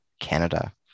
Canada